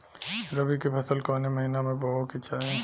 रबी की फसल कौने महिना में बोवे के चाही?